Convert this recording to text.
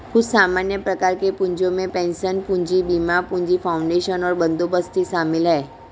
कुछ सामान्य प्रकार के पूँजियो में पेंशन पूंजी, बीमा पूंजी, फाउंडेशन और बंदोबस्ती शामिल हैं